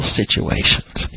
situations